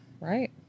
Right